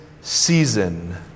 season